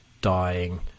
dying